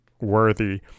worthy